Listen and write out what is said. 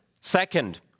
Second